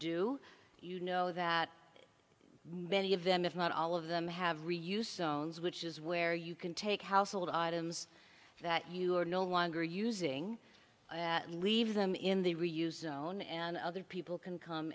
do you know that many of them if not all of them have reuse owns which is where you can take household items that you are no longer using leave them in the reuse own and other people can come